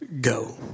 go